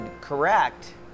correct